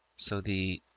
so the